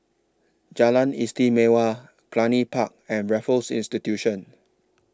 Jalan Istimewa Cluny Park and Raffles Institution